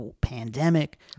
pandemic